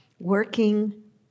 working